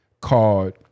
Called